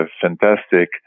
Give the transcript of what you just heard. fantastic